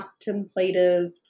contemplative